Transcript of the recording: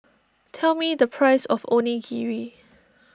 tell me the price of Onigiri